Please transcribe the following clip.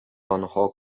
آنها